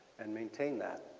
and maintain that.